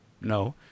No